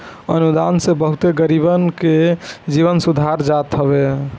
अनुदान से बहुते गरीबन के जीवन सुधार जात हवे